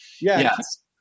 yes